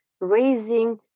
raising